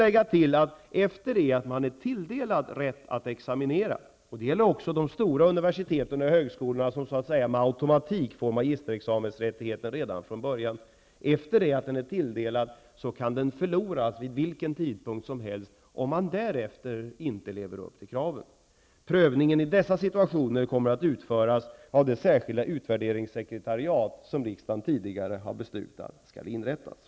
Efter det att ett universitet är tilldelat rätt att examinera -- vilket också gäller de stora universiteten och högskolorna, som så att säga med automatik har examinationsrätt för magisterexamen redan från början -- kan denna rätt gå förlorad vid vilken tidpunkt som helst, om man inte kan leva upp till kraven. Prövningen i dessa fall kommer att utföras av det särskilda utvärdeingssekretariat som riksdagen tidigare har beslutat skall inrättas.